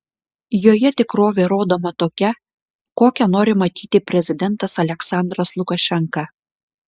joje tikrovė rodoma tokia kokią nori matyti prezidentas aliaksandras lukašenka